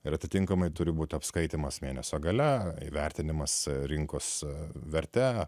ir atitinkamai turi būti apskaitymas mėnesio gale įvertinimas rinkos verte